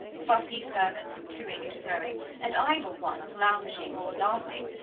fussy servants were to-ing and fro-ing, and idle ones lounging or laughing,